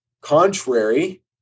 contrary